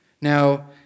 Now